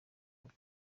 rugo